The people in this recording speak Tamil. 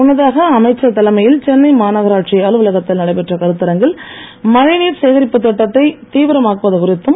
முன்னதாக அமைச்சர் தலைமையில் சென்னை மாநகராட்சி அலுவலகத்தில் நடைபெற்ற கருத்தரங்கில் மழைநீர் சேகரிப்பு திட்டத்தை தீவிரமாக்குவது குறித்தும்